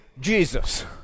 Jesus